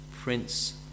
prince